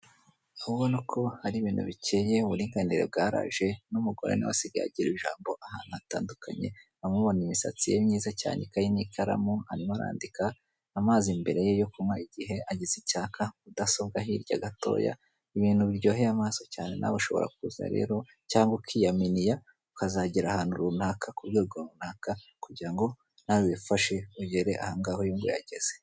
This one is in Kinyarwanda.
Urabona ko ari ibintu bikeye uburinganire bwaraje n'umugore asigaye agira ijambo ahanutu hatandukanye uramubona imisatsi ye myiza cyane, ikaye n'ikaramu arimo arandindika, amazi imere ye yo kunywa igihe agize icyaka, mudasobwa hirya gatoya ibintu biryoheye amaso cyane nawe ushobora kuza rero cyangwa ukiyaminiya ukazagera ahantu runaka ku rwego runaka, ku rwego runaka kugira ngo nawe ugere ahangaha uyu nguyu ageze.